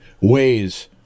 ways